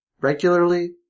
Regularly